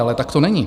Ale tak to není.